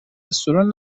سورون